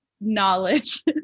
knowledge